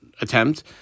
attempt